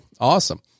Awesome